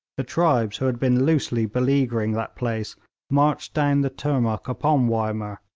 the tribes who had been loosely beleaguering that place marched down the turnuk upon wymer,